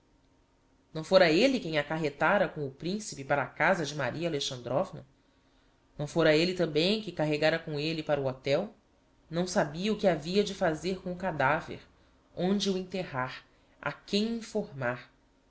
não fôra elle quem accarretara com o principe para casa de maria alexandrovna não fôra elle tambem que carregara com elle para o hotel não sabia o que havia de fazer com o cadaver onde o enterrar a quem informar